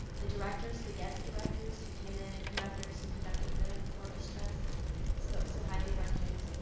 the directors, the guest directors who came in, and conductors who conducted the orchestras spoke so highly of our kids,